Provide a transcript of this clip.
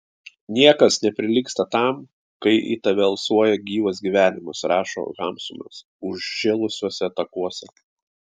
niekas neprilygsta tam kai į tave alsuoja gyvas gyvenimas rašo hamsunas užžėlusiuose takuose